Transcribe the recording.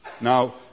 Now